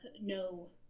no